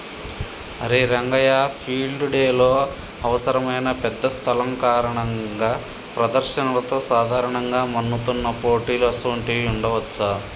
అరే రంగయ్య ఫీల్డ్ డెలో అవసరమైన పెద్ద స్థలం కారణంగా ప్రదర్శనలతో సాధారణంగా మన్నుతున్న పోటీలు అసోంటివి ఉండవచ్చా